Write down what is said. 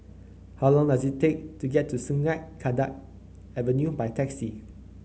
how long does it take to get to Sungei Kadut Avenue by taxi